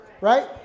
right